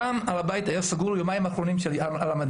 פעם הר הבית היה סגור ביומיים האחרונים של הרמדאן,